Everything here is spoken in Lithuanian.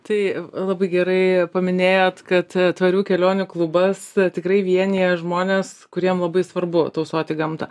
tai labai gerai paminėjot kad tvarių kelionių klubas tikrai vienija žmones kuriem labai svarbu tausoti gamtą